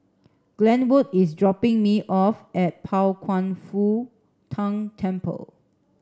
Glenwood is dropping me off at Pao Kwan Foh Tang Temple